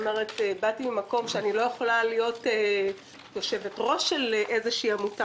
באתי ממקום שאני לא יכולה להיות יושבת-ראש של איזו עמותה